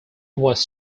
was